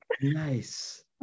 Nice